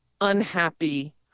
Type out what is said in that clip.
unhappy